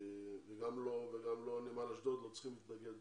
וגם לא נמל אשדוד, לא צריכים להתנגד